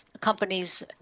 companies